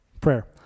Prayer